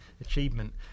achievement